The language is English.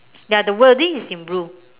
ya the wording is in blue